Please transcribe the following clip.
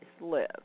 live